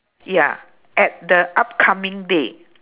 ya at the upcoming day